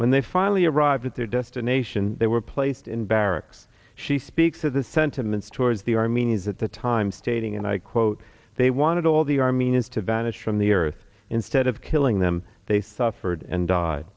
when they finally arrived at their destination they were placed in barracks she speaks of the sentiments towards the armenians at the time stating and i quote they wanted all the armenians to vanish from the earth instead of killing them they suffered and die